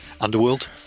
Underworld